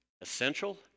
essential